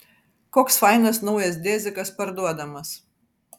koks fainas naujas dezikas parduodamas